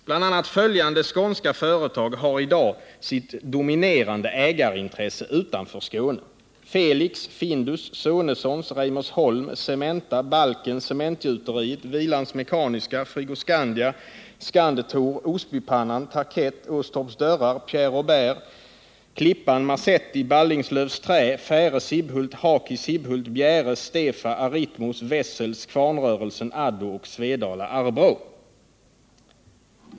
Bl.a. följande skånska företag har i dag sina dominerande ägarintressen utanför Skåne: Felix, Findus, Sonessons, Reimersholm, Cementa, Balken, Cementgjuteriet, Hvilans Mekaniska Verkstad, Frigoscandia, SkandTor, Osbypannan, Tarkett, Åstorps Dörrar, Pierre Robert, Klippan, Mazetti, Balingslövs Trä, Färe , Haki , Bjäre, Stefa, Aritmos, Wessels, Kvarnrörelsen, Addo, Svedala-Arbrå.